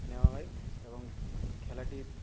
নেওয়া হয় এবং খেলাটি